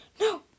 no